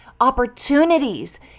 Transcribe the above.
opportunities